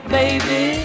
baby